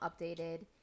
updated